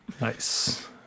Nice